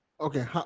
Okay